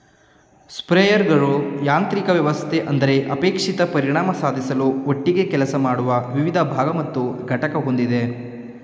ಸ್ಪ್ರೇಯರ್ಗಳು ಯಾಂತ್ರಿಕ ವ್ಯವಸ್ಥೆ ಅಂದರೆ ಅಪೇಕ್ಷಿತ ಪರಿಣಾಮ ಸಾಧಿಸಲು ಒಟ್ಟಿಗೆ ಕೆಲಸ ಮಾಡುವ ವಿವಿಧ ಭಾಗ ಮತ್ತು ಘಟಕ ಹೊಂದಿದೆ